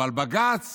אבל בג"ץ